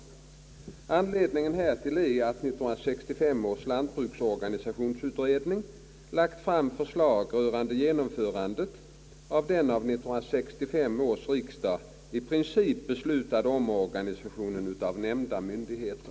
Anledningen härtill är att 1965 års lantbruksorganisationsutredning lagt fram förslag rörande genomförandet av den av 1965 års riksdag i princip beslutade omorganisationen av nämnda myndigheter.